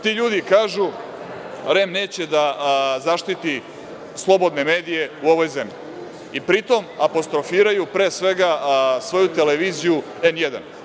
Ti ljudi kažu da REM neće da zaštiti slobodne medije u ovoj zemlji i pri tom apostrofiraju, pre svega, svoju televiziju N1.